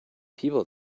people